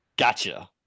Gotcha